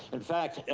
in fact,